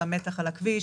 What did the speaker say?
של המתח על הכביש.